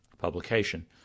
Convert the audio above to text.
publication